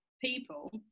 people